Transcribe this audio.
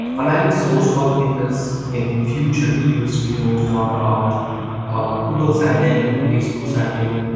um adding source column because in future videos we are going to talk about google sign-in facebook sign-in,